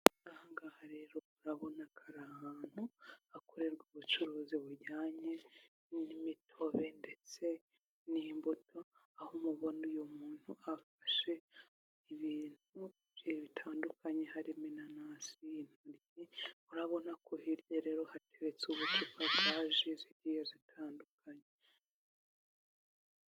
Aha ngaha rero murabona ko ari ahantu hakorerwa ubucuruzi bujyanye n'imitobe ndetse n'imbuto, aho mubona uyu muntu afashe ibintu bigiye bitandukanye harimo inanasi ndetse murabona ko hirya rero hateretse ubucupa bwa ji zigiye zitandukanye.